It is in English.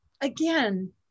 again